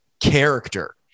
character